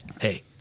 hey